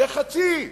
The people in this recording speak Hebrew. זה חצי.